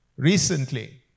Recently